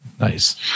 Nice